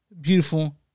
beautiful